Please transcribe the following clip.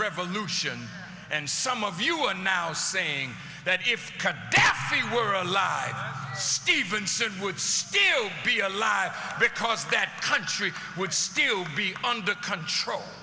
revolution and some of you are now saying that if he were alive stevenson would still be alive because that country would still be under control